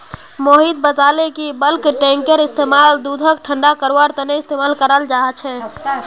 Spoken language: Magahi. मोहित बताले कि बल्क टैंककेर इस्तेमाल दूधक ठंडा करवार तने इस्तेमाल कराल जा छे